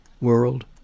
world